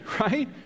right